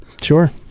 Sure